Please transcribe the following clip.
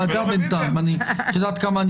תועבר למליאה, תודה.